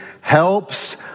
helps